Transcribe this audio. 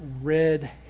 red